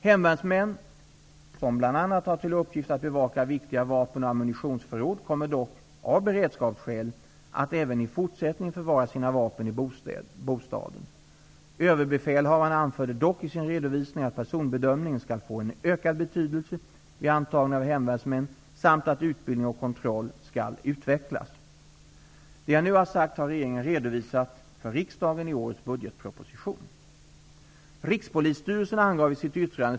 Hemvärnsmän som bl.a. har till uppgift att bevaka viktiga vapen och ammunitionsförråd kommer dock, av beredskapsskäl, att även i fortsättningen förvara sina vapen i bostaden. Överbefälhavaren anförde dock i sin redovisning att personbedömningen skall få en ökad betydelse vid antagning av hemvärnsmän samt att utbildning och kontroll skall utvecklas. Det jag nu har sagt har regeringen redovisat för riksdagen i årets budgetproposition.